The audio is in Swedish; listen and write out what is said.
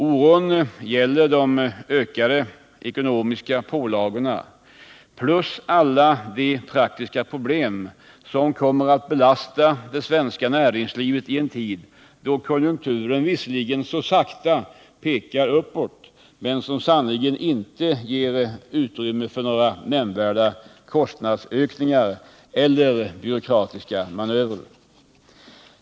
Oron gäller de ökande ekonomiska pålagorna plus alla de praktiska problem som kommer att belasta det svenska näringslivet i en tid då konjunkturen visserligen så sakta pekar uppåt men då det sannerligen inte finns utrymme för några nämnvärda kostnadsökningar eller byråkratiska manövrer.